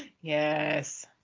yes